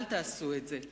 אל תעשו את זה.